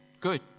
good